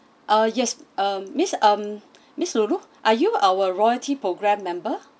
uh yes um miss um miss loulou are you our royalty program member